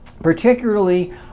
Particularly